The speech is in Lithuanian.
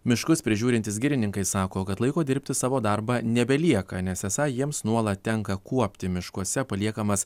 miškus prižiūrintys girininkai sako kad laiko dirbti savo darbą nebelieka nes esą jiems nuolat tenka kuopti miškuose paliekamas